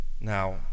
Now